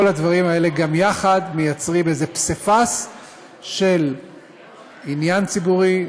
כל הדברים האלה גם יחד מייצרים איזה פסיפס של עניין ציבורי,